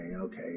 okay